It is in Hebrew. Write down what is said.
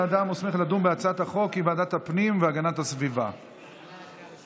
לוועדת הפנים והגנת הסביבה נתקבלה.